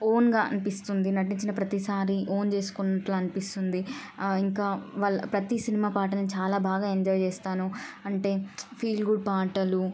ఓన్గా అనిపిస్తుంది నటించిన ప్రతిసారి ఓన్ చేసుకున్నట్లు అనిపిస్తుంది ఇంకా వాళ్ళ ప్రతీ సినిమా పాటని చాలా బాగా ఎంజాయ్ చేస్తాను అంటే ఫీల్ గుడ్ పాటలు